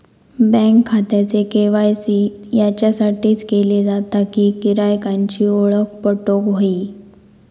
bank खात्याचे KYC याच्यासाठीच केले जाता कि गिरायकांची ओळख पटोक व्हयी